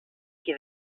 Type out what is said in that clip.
qui